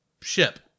ship